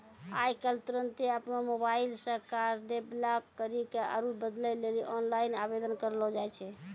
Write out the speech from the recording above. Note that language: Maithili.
आइ काल्हि तुरन्ते अपनो मोबाइलो से कार्डो के ब्लाक करि के आरु बदलै लेली आनलाइन आवेदन करलो जाय छै